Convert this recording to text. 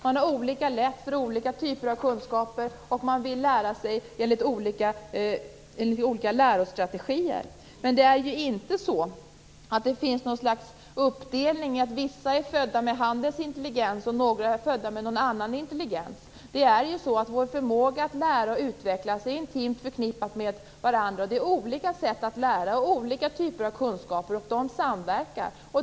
Man har olika lätt för olika typer av kunskaper, och man vill lära sig enligt olika lärostrategier. Men det är ju inte så att vissa är födda med handens intelligens och att andra är födda med något annat slags intelligens. Vår förmåga att lära och vår förmåga att utvecklas är intimt förknippade med varandra. Det är olika sätt att lära och olika kunskaper, och de samverkar.